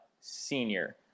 senior